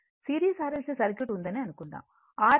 series RLC circuit ఉందని అనుకుందాం